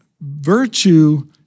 virtue